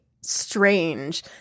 strange